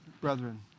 brethren